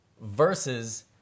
versus